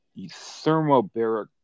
thermobaric